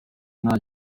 nta